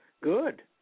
Good